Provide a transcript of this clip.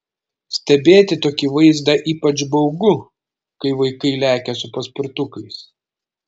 stebėti tokį vaizdą ypač baugu kai vaikai lekia su paspirtukais